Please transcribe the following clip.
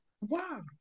wow